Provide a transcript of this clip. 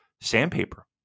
sandpaper